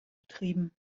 betrieben